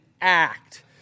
act